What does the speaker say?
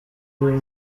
uri